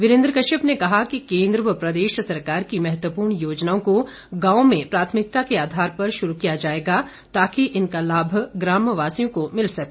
वीरेन्द्र कश्यप ने कहा कि केंद्र व प्रदेश सरकार की महत्वपूर्ण योजनाओं को गांव में प्राथमिकता के आधार पर शुरू किया जाएगा ताकि इनका लाभ ग्राम वासियों को मिल सके